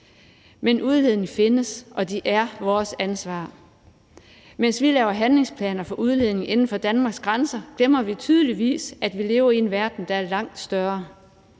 Men udledningerne findes, og de er vores ansvar. Mens vi laver handlingsplaner for udledning inden for Danmarks grænser, glemmer vi tydeligvis, at vi lever i en verden, der er langt større.